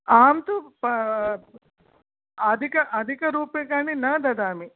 अहं तु अधिक अधिक रूप्यकाणि न ददामि